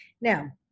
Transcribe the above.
Now